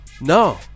No